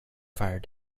fire